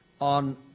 on